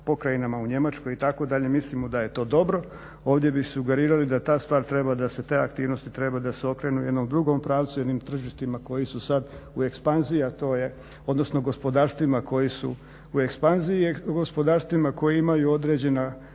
pokrajinama u Njemačkoj itd. Mislimo da je to dobro. Ovdje bi sugerirali da ta stvar treba da se te aktivnosti treba da se okrenu jednom drugom pravcu, jednim tržištima koji su sad u ekspanziji a to je, odnosno gospodarstvima koji su u ekspanziji i gospodarstvima koji imaju određena